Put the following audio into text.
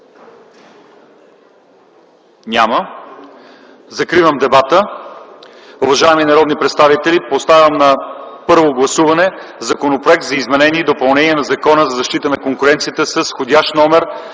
Няма. Закривам дебата. Уважаеми народни представители, поставям на първо гласуване Законопроект за изменение на Закона за защита на конкуренцията с вх. №